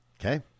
Okay